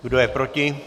Kdo je proti?